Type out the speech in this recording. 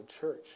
church